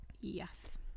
yes